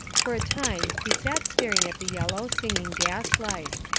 for a time he sat staring at the yellow, singing gas light.